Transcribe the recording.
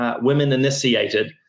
women-initiated